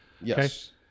Yes